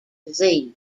disease